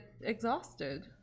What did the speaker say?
exhausted